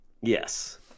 yes